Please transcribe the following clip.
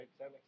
right